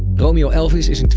romeo elvis